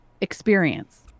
experience